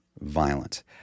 violent